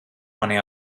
mani